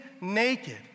naked